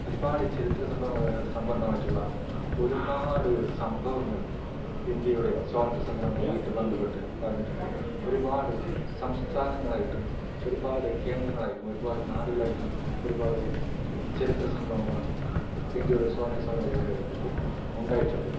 ഒരുപാട് ചരിത്ര സംബന്ധമായിട്ടുള്ള ഒരുപാട് സംഭവങ്ങൾ ഇന്ത്യയുടെ സ്വാതന്ത്ര്യ സമരവുമായി ബന്ധപ്പെട്ട് നടന്നിട്ടുണ്ട് ഒരുപാട് സംസ്ഥാനങ്ങളായിട്ടും ഒരുപാട് കേന്ദ്രങ്ങളായിട്ടും ഒരുപാട് നാടുകളായിട്ടും ഒരുപാട് ചരിത്ര സംഭവങ്ങൾ ഇന്ത്യയുടെ സ്വാതന്ത്ര്യ സമരവുമായി ബന്ധപ്പെട്ടിട്ട് ഉണ്ടായിട്ടുണ്ട്